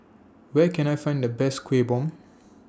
Where Can I Find The Best Kueh Bom